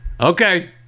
Okay